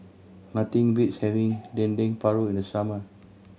nothing beats having Dendeng Paru in the summer